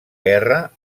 guerra